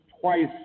twice